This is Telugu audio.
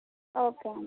ఓకే అండి